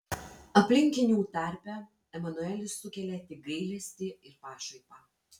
aplinkinių tarpe emanuelis sukelia tik gailestį ir pašaipą